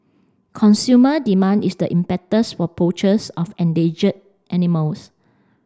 consumer demand is the impetus for poachers of endangered animals